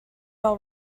all